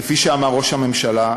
כפי שאמר ראש הממשלה,